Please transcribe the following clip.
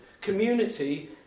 community